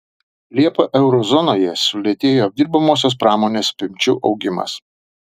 liepą euro zonoje sulėtėjo apdirbamosios pramonės apimčių augimas